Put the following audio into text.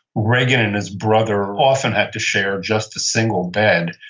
reagan and his brother often had to share just a single bed.